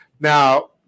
Now